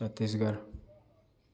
Chhattisgarh